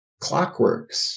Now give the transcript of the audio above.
clockworks